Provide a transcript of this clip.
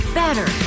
better